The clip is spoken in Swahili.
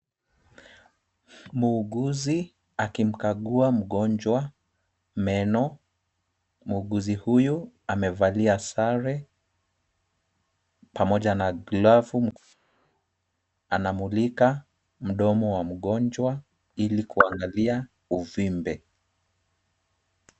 Muuguzi, akimkagua mgonjwa meno. Muuguzi huyu, amevalia sare pamoja na glavu. Anamulika mdomo wa mgonjwa ili kuangalia uvimbe.